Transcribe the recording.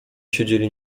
siedzieli